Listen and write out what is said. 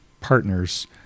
partners